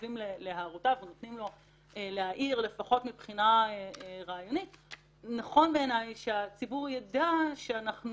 ונותנים לו להעיר נכון בעיניי שהציבור ידע שאנחנו